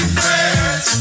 friends